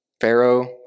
Pharaoh